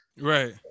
Right